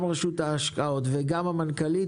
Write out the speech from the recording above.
גם הרשות להשקעות וגם המנכ"לית,